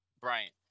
Bryant